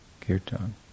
kirtan